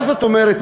מה זאת אומרת?